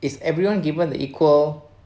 is everyone given the equal